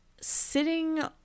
sitting